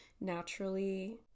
naturally